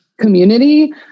community